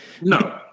no